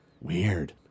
Weird